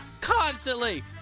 constantly